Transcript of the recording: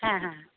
হ্যাঁ হ্যাঁ